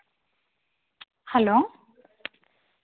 hello